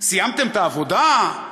סיימתם את העבודה?